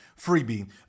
freebie